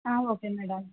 okay madam